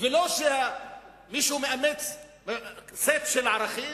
ולא שמישהו מאמץ סט של ערכים,